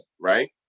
Right